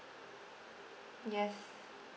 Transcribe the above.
yes